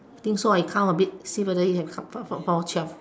I think so you count a bit see whether you have found found found found twelve